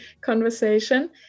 conversation